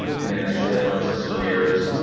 and then it should have no accessibility errors.